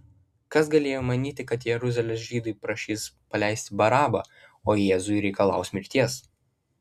kas galėjo manyti kad jeruzalės žydai prašys paleisti barabą o jėzui reikalaus mirties